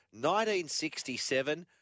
1967